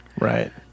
Right